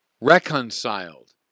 reconciled